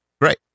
Great